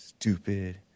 Stupid